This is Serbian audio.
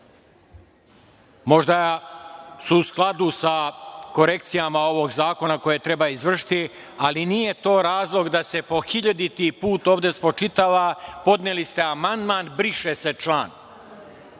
možda su u skladu sa korekcijama ovog zakona koje treba izvršiti, ali nije to razlog da se po hiljaditi put ovde spočitava – podneli ste amandman – briše se član.